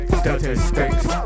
statistics